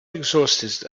exhausted